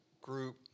group